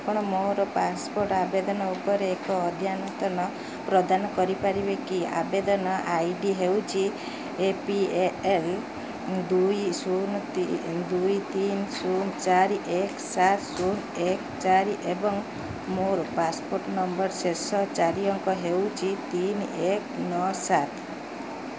ଆପଣ ମୋର ପାସପୋର୍ଟ ଆବେଦନ ଉପରେ ଏକ ଅଦ୍ୟତନ ପ୍ରଦାନ କରିପାରିବେ କି ଆବେଦନ ଆଇ ଡ଼ି ହେଉଛି ଏ ପି ଏନ୍ ଦୁଇ ଶୂନ ଦୁଇ ତିନି ଶୂନ ଚାରି ଏକ ସାତ ଶୂନ ଏକ ଚାରି ଏବଂ ମୋ ପାସପୋର୍ଟ ନମ୍ବରର ଶେଷ ଚାରି ଅଙ୍କ ହେଉଛି ତିନି ଏକ ନଅ ସାତ